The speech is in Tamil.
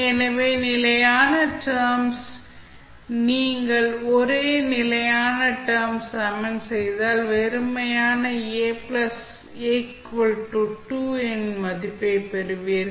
எனவே நிலையான டெர்ம்ஸ் நீங்கள் ஒரே நிலையான டெர்ம்ஸ் சமன் செய்தால் வெறுமனே A 2 இன் மதிப்பைப் பெறுவீர்கள்